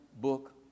Book